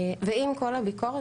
ועם כל הביקורת,